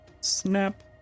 snap